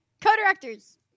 Co-directors